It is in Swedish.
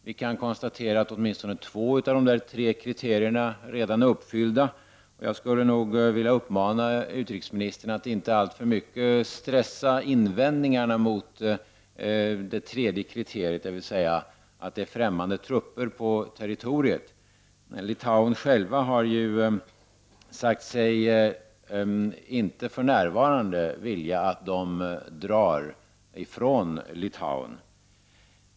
Vi kan konstatera att åtminstone två av de tre kriterierna redan är uppfyllda, och jag skulle nog vilja uppmana utrikesministern att inte alltför mycket stressa invändningarna mot det tredje kriteriet, dvs. att det är främmande trupper på territoriet. Litauerna själva har ju sagt sig inte för närvarande vilja att de sovjetiska trupperna drar bort från Litauen.